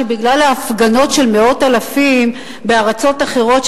בגלל ההפגנות של מאות אלפים בארצות אחרות,